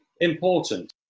important